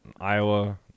Iowa